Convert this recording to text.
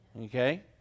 Okay